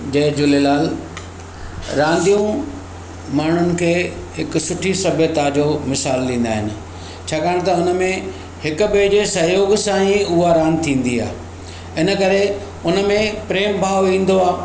जय झूलेलाल रांदियूं माण्हुनि खे हिक सुठी सभ्यता जो मिसालु ॾींदा आहिनि छाकाणि त हुन में हिक ॿिए जे सहयोग सां ई उहो रांदि थींदी आहे इनकरे हुन में प्रेम भाव ईंदो आहे